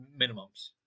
minimums